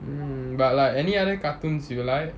mm but like any other cartoons you like